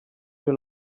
will